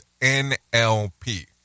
NLP